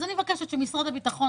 אז אני מבקשת שמשרד הביטחון,